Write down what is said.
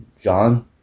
John